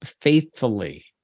faithfully